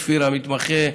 וכפיר המתמחה,